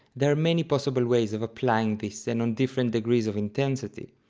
there are many possible ways of applying this and on different degrees of intensity,